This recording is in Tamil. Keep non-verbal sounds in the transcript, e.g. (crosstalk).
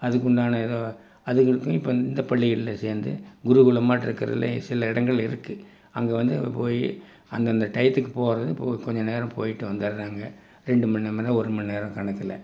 அதுக்குண்டான ஏதோ அதுங்களுக்கும் இப்போ இந்த பள்ளிகளில் சேர்ந்து குருகுலமாட்டிருக்குறதுலையே சில இடங்கள் இருக்குது அங்கே வந்து போய் அந்தந்த டையத்துக்கு போகிறது போ கொஞ்சம் நேரம் போயிட்டு வந்துடறாங்க ரெண்டு மணி (unintelligible) ஒரு மணிநேரம் கணக்கில்